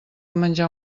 menjar